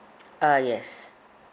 ah yes